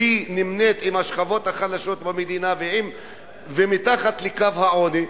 נמנים עם השכבות החלשות במדינה ומתחת לקו העוני,